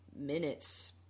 minutes